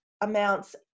amounts